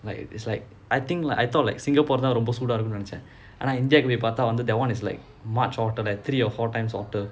like it's like I think like I thought like singapore தான் ரொம்ப சூட இருக்கும்னு நினைச்சேன்:thaan romba soodaa irukkumnu ninaichaen that [one] is like much hotter like three or four times hotter